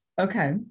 Okay